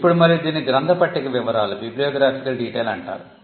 ఇప్పుడు మరియు దీనిని గ్రంథ పట్టిక వివరాలు అంటారు